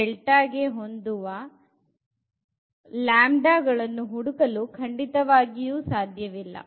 ಗೆ ಹೊಂದುವ ಗಳನ್ನು ಹುಡುಕಲು ಖಂಡಿತವಾಗಿಯೂ ಸಾಧ್ಯವಿಲ್ಲ